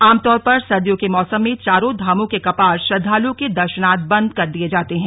आमतौर पर सर्दियों के मौसम में चारों धामों के कपाट श्रद्वालुओं के द नार्थ बंद कर दिए जाते हैं